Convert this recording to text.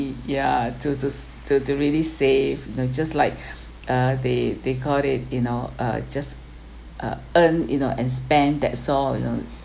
ya to to to to really save they will just like uh they they got it you know uh just uh earn you know and spend that saw you know